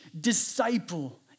disciple